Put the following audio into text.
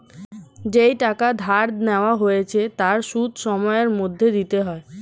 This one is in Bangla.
যেই টাকা ধার নেওয়া হয়েছে তার সুদ সময়ের মধ্যে দিতে হয়